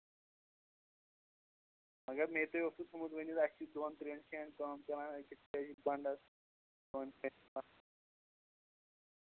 مگر مے تۄہہِ اوسوُ تھوٚمُت ؤنِتھ اَسہِ چھِ دۄن ترٛٮ۪ن جایَن کٲم چَلان أکِس بنٛڈَس